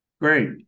Great